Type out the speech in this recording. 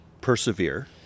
persevere